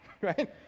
right